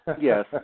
Yes